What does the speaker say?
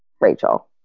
Rachel